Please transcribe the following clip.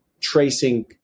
Tracing